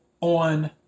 on